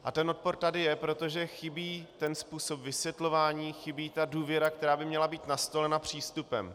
A ten odpor tady je, protože chybí způsob vysvětlování, chybí důvěra, která by měla být nastolena přístupem.